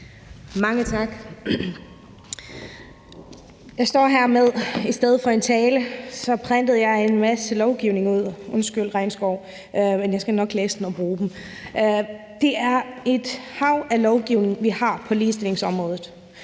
Mange tak. Jeg står her med noget, for i stedet for en tale printede jeg en masse lovgivning ud. Undskyld, regnskov, men jeg skal nok læse det og bruge det. Vi har et hav af lovgivning på ligestillingsområdet.